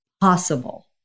possible